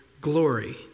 glory